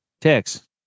text